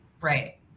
Right